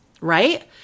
Right